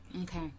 Okay